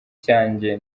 cyanjye